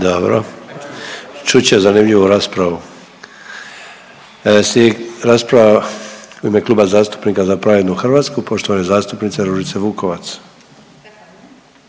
Dobro, čut će zanimljivu raspravu. Slijedi rasprava u ime Kluba zastupnika Za pravednu Hrvatsku, poštovane zastupnice Ružice Vukovac.